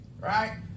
right